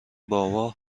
بابا